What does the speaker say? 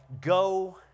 go